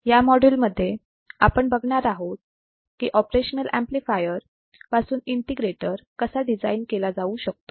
या मॉड्यूलमध्ये आपण बघणार आहोत की ऑपरेशनल ऍम्प्लिफायर पासून इंटिग्रेटर कसा डिझाईन केला जाऊ शकतो